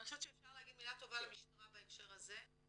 אני חושבת שאפשר לומר מילה טובה למשטרה בהקשר הזה,